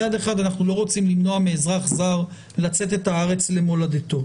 מצד אחד אנחנו לא רוצים למנוע מאזרח זר לצאת את הארץ למולדתו.